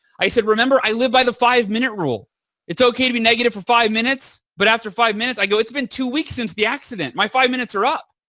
i said, remember, i live by the five-minute rule. it's okay to be negative for five minutes but after five minutes. i go, it's been two weeks since the accident. my five minutes are up.